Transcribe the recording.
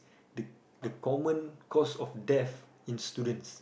the the common cause of death in students